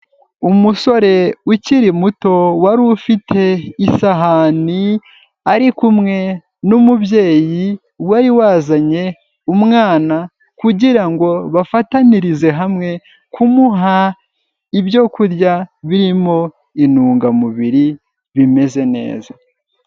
Umusore ukiri muto wari ufite isahani ari kumwe n'umubyeyi wari wazanye umwana kugira ngo bafatanyirize hamwe kumuha ibyo kurya birimo intungamubiri bimeze neza.